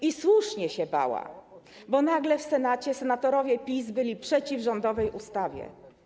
I słusznie się bała, bo nagle w Senacie senatorowie PiS byli przeciw rządowej ustawie.